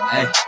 Hey